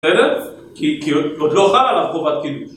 בסדר? כי עוד לא חלה עליו חובת קידוש